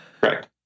Correct